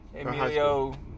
Emilio